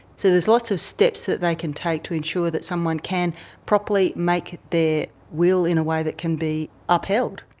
so there are lots of steps that they can take to ensure that someone can properly make their will in a way that can be upheld.